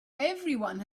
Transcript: everyone